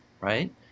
right